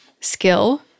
skill